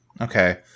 Okay